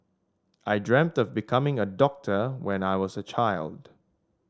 I dreamt of becoming a doctor when I was a child